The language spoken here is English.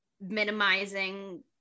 minimizing